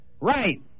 Right